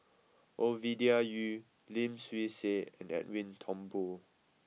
Ovidia Yu Lim Swee Say and Edwin Thumboo